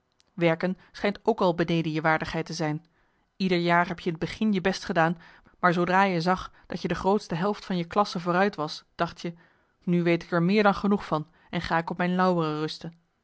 werken schijnt ook al beneden je waardigheid te zijn ieder jaar heb je in het begin je best gedaan maar zoodra je zag dat je de grootste helft van je klasse vooruit was dacht je nu weet ik er meer dan genoeg van en ga ik op mijn lauweren rusten